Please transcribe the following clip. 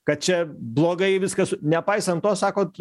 kad čia blogai viskas nepaisant to sakot